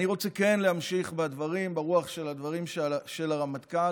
אני רוצה להמשיך ברוח הדברים של הרמטכ"ל